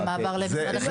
מהמעבר למשרד החינוך.